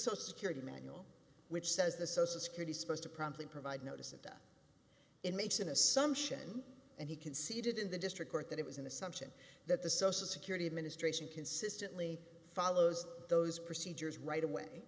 so security manual which says the social security supposed to promptly provide notice into it makes an assumption and he conceded in the district court that it was an assumption that the social security administration consistently follows those procedures right away